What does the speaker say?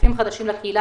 ומצטרפים חדשים לקהילה